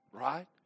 Right